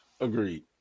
Agreed